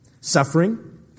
Suffering